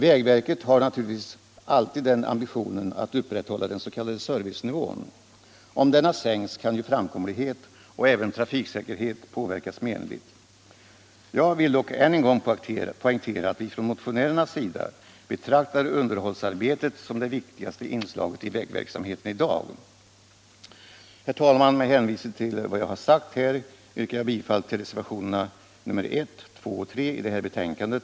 Vägverket har naturligtvis alltid ambitionen att upprätthålla den s.k. servicenivån. Om denna sänks kan framkomlighet och även trafiksäkerhet påverkas menligt. Jag vill dock än en gång poängtera att vi motionärer betraktar underhållsarbetet som det viktigaste inslaget i vägverksamheten i dag. Herr talman! Med hänvisning till vad jag här har sagt yrkar jag bifall till reservationerna 1, 2 och 3 vid detta betänkande.